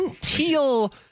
teal